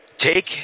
take